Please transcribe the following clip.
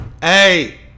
hey